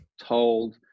told